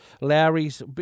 Lowry's